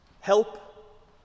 Help